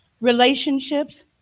relationships